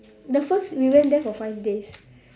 the first we went there for five days